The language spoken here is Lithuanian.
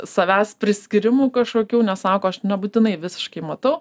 savęs priskyrimų kažkokių nes sako aš nebūtinai visiškai matau